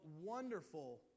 wonderful